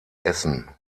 essen